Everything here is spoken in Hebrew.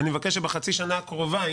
אני מבקש שבחצי השנה הקרובה,